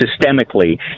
systemically